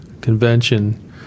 convention